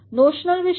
notional विषय